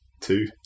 two